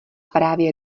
právě